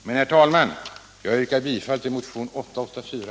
Men, herr talman, iag yrkar bifall till motionen 884.